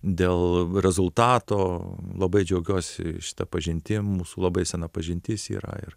dėl rezultato labai džiaugiuosi šita pažintim mūsų labai sena pažintis yra ir